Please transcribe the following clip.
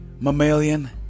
mammalian